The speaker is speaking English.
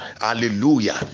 hallelujah